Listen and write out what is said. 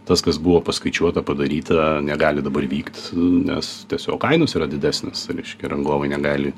tas kas buvo paskaičiuota padaryta negali dabar vykt nes tiesiog kainos yra didesnės reiškia rangovai negali